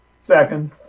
Second